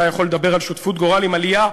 אתה יכול לדבר על שותפות גורל עם עלייה?